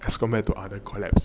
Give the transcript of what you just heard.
as compared to other collab